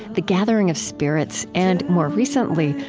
the gathering of spirits, and, more recently,